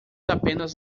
apenas